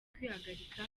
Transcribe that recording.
kwihagarika